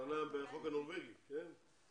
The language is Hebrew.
זה עלה באחד הדיונים האחרונים והחלטנו לטפל בזה כיוון